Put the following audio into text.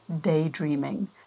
daydreaming